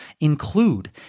include